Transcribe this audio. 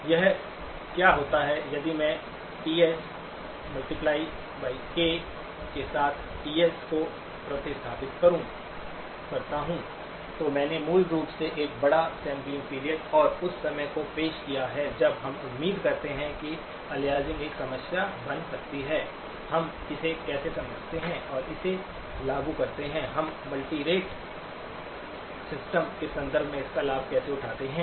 या क्या होता है यदि मैं TS k के साथ TS को प्रतिस्थापित करता हूं तो मैंने मूल रूप से एक बड़ा सैंपलिंग पीरियड और उस समय को पेश किया है जब हम उम्मीद करते हैं कि अलियासिंग एक समस्या बन सकती है हम इसे कैसे समझते हैं और इसे लागू करते हैं हम मल्टीरेट सिस्टम के संदर्भ में इसका लाभ कैसे उठाते हैं